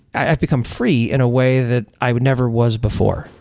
i become free in a way that i never was before,